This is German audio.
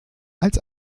als